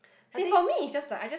I think